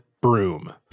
broom